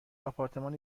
آپارتمان